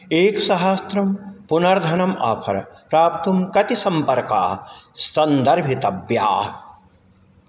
एक्सहस्रं पुनर्धनम् आफर प्राप्तुं कति सम्पर्काः सन्दर्भितव्याः